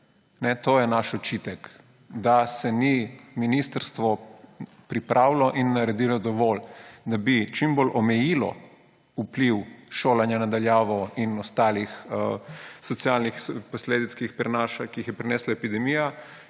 To je naš očitek – da se ministrstvo ni pripravilo in ni naredilo dovolj, da bi čim bolj omejilo vpliv šolanja na daljavo in ostalih socialnih posledic, ki jih je prinesla epidemija,